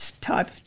type